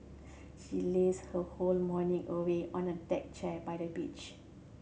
she lazed her whole morning away on a deck chair by the beach